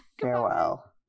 Farewell